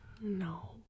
No